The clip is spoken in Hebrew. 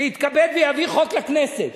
שיתכבד ויביא חוק לכנסת.